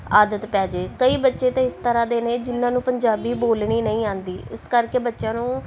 ਆਦਤ ਪੈ ਜੇ ਕਈ ਬੱਚੇ ਤਾਂ ਇਸ ਤਰ੍ਹਾਂ ਦੇ ਨੇ ਜਿਹਨਾਂ ਨੂੰ ਪੰਜਾਬੀ ਬੋਲਣੀ ਨਹੀਂ ਆਉਂਦੀ ਇਸ ਕਰਕੇ ਬੱਚਿਆਂ ਨੂੰ